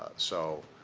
so